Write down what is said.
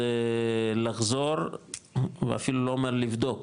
זה לחזור ואפילו לא אומר לבדוק,